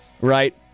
right